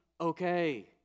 okay